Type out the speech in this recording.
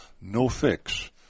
no-fix